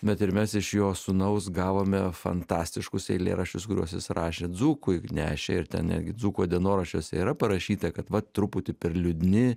bet ir mes iš jo sūnaus gavome fantastiškus eilėraščius kuriuos jis rašė dzūkui nešė ir netgi dzūko dienoraščiuose yra parašyta kad vat truputį per liūdni